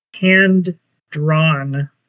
hand-drawn